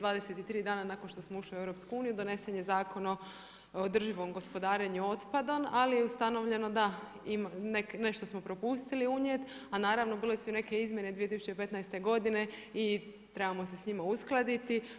23 dana nakon što smo ušli u EU donesen je Zakon o održivom gospodarenju otpadom, ali je ustanovljeno da smo nešto propustili unijet, a naravno bile su i neke izmjene 2015. godine i trebamo se s njima uskladiti.